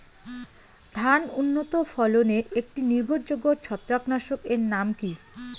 ধান উন্নত ফলনে একটি নির্ভরযোগ্য ছত্রাকনাশক এর নাম কি?